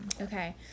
Okay